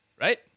right